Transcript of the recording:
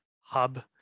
hub